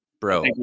Bro